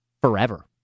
forever